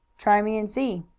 try me and see.